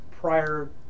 prior